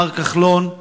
מר כחלון,